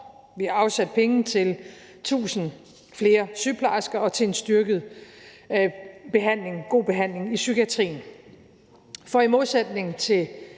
Vi har afsat penge til 1.000 flere sygeplejersker og til en styrket og god behandling i psykiatrien. For i modsætning til